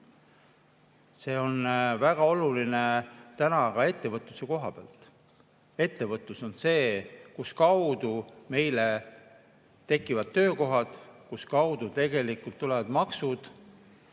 See on väga oluline täna ka ettevõtluse koha pealt. Ettevõtlus on see, mille kaudu meile tekivad töökohad, mille kaudu tulevad maksud